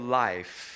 life